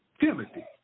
Timothy